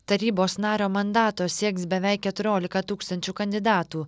tarybos nario mandato sieks beveik keturiolika tūkstančių kandidatų